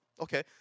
Okay